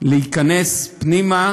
להיכנס פנימה